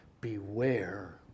beware